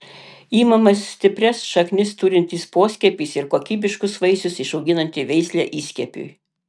imamas stiprias šaknis turintis poskiepis ir kokybiškus vaisius išauginanti veislė įskiepiui